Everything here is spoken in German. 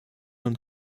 und